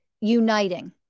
uniting